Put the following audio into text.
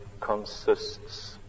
consists